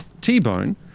t-bone